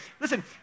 listen